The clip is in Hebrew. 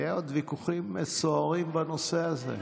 יהיו עוד ויכוחים סוערים בנושא הזה.